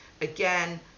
Again